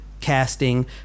casting